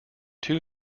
two